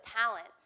talents